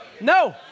No